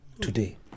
today